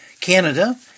Canada